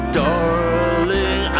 darling